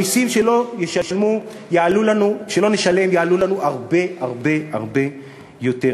המסים שלו, שלא נשלם, יעלו לנו הרבה הרבה יותר.